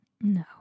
No